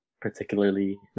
particularly